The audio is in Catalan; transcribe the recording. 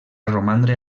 romandre